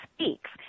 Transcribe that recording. speaks